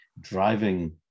driving